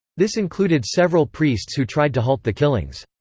this included several priests who tried to halt the killings.